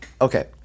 Okay